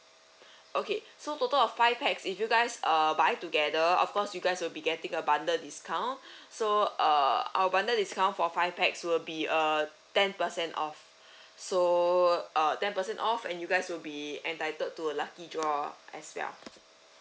okay so total of five pax if you guys uh buy together of course you guys will be getting a bundle discount so uh our bundle discount for five pax will be uh ten percent off so uh ten percent off and you guys will be entitled to a lucky draw as well